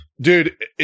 Dude